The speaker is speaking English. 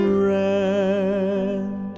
Friend